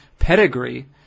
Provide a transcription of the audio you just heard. pedigree